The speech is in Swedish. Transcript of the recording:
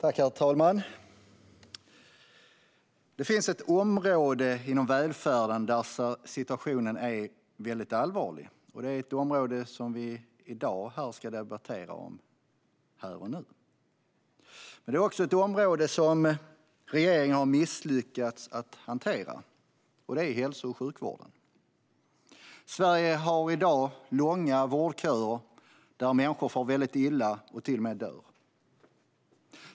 Herr talman! Det finns ett område inom välfärden där situationen är väldigt allvarlig, och det är detta område vi ska debattera här och nu. Det handlar om ett område som regeringen har misslyckats att hantera, nämligen hälso och sjukvården. Sverige har i dag långa vårdköer, där människor far väldigt illa och till och med dör.